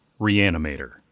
Reanimator